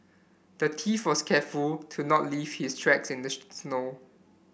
the thief was careful to not leave his tracks in the snow